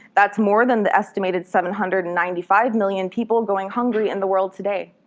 that's more than the estimated seven hundred and ninety five million people going hungry in the world today.